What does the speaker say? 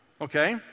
Okay